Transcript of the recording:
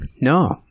No